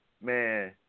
man